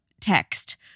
text